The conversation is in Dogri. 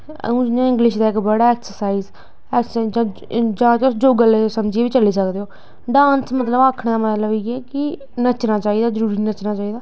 हून जियां इंग्लिश दा इक वर्ड हा ऐक्सरसाईज़ जां तुस योग लेइयै समझियै बी करी सकदे ओ डांस मतलब आक्खने दा मतलब इ'यै कि नच्चना चाहिदा जरूरी नच्चना चाहिदा